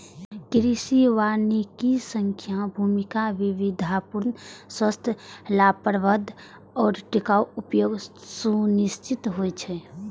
कृषि वानिकी सं भूमिक विविधतापूर्ण, स्वस्थ, लाभप्रद आ टिकाउ उपयोग सुनिश्चित होइ छै